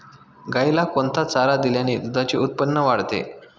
गाईला कोणता चारा दिल्याने दुधाचे उत्पन्न वाढते?